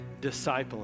discipling